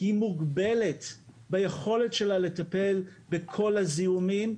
היא מוגבלת ביכולת שלה לטפל בכל הזיהומים,